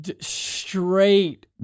straight